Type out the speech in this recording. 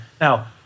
Now